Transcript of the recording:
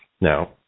Now